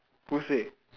who say